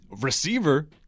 receiver